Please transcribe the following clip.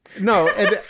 No